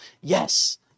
yes